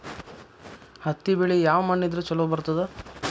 ಹತ್ತಿ ಬೆಳಿ ಯಾವ ಮಣ್ಣ ಇದ್ರ ಛಲೋ ಬರ್ತದ?